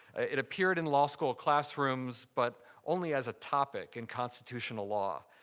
it appeared in law school classrooms, but only as a topic in constitutional law.